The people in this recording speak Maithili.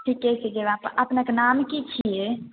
ठीके छै जे अपना अपनेके नाम की छियै